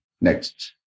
Next